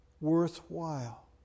worthwhile